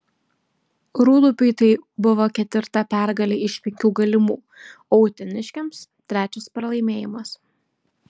rūdupiui tai buvo ketvirta pergalė iš penkių galimų o uteniškiams trečias pralaimėjimas